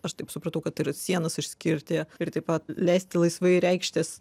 aš taip supratau kad tai yra sienas išskirti ir taip pat leisti laisvai reikštis